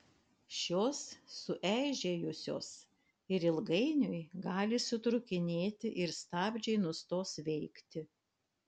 šios sueižėjusios ir ilgainiui gali sutrūkinėti ir stabdžiai nustos veikti